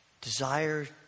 desire